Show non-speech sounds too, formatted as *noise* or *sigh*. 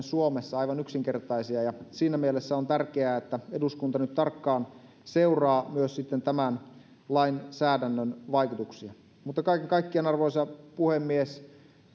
*unintelligible* suomessa aivan yksinkertaisia siinä mielessä on tärkeää että eduskunta nyt tarkkaan seuraa myös tämän lainsäädännön vaikutuksia kaiken kaikkiaan arvoisa puhemies